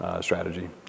strategy